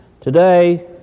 Today